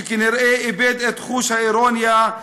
שכנראה איבד את חוש האירוניה,